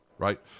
right